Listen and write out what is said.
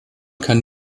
kann